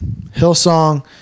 Hillsong